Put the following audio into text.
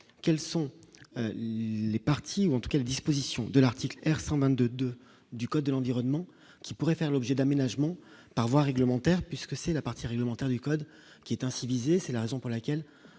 quels sont les partis ou en tout cas les dispositions de l'article R. 122 2 du code de l'environnement qui pourrait faire l'objet d'aménagement par voie réglementaire, puisque c'est la partie réglementaire du code qui est ainsi visée, c'est la raison pour laquelle